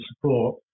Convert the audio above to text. support